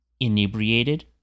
inebriated